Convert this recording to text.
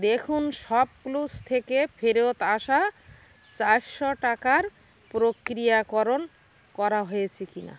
দেখুন শপক্লুস থেকে ফেরত আসা চারশো টাকার প্রক্রিয়াকরণ করা হয়েছে কিনা